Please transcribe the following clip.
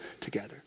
together